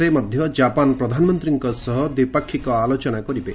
ସେ ମଧ୍ୟ ଜାପାନ ପ୍ରଧାନମନ୍ତ୍ରୀଙ୍କ ସହ ଦ୍ୱିପାକ୍ଷିକ ଆଲୋଚନା କରିବେ